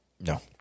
No